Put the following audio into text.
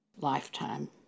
lifetime